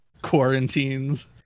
quarantines